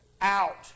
out